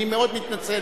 אני מאוד מתנצל.